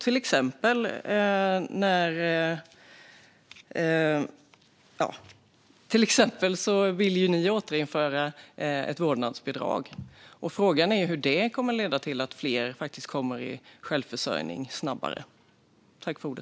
Ni vill till exempel återinföra ett vårdnadsbidrag. Frågan är det hur det kommer att leda till att fler snabbare uppnår en nivå där de är självförsörjande.